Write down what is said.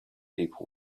people